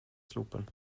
sloepen